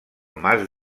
mas